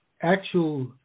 actual